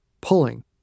pulling